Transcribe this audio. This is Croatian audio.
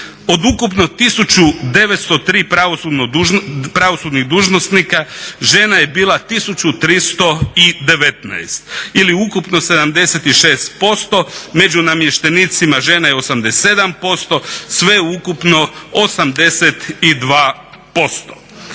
od ukupno 1903 pravosudnih dužnosnika žena je bilo 1319 ili ukupno 76%, među namještenicima žena je 87%, sveukupno 82%.